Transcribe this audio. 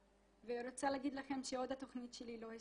אני רוצה להגיד לכם שהתכנית שלי עוד לא הסתיימה.